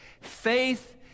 Faith